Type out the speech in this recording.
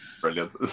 Brilliant